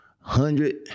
hundred